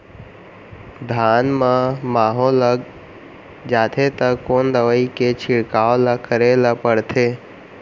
धान म माहो लग जाथे त कोन दवई के छिड़काव ल करे ल पड़थे?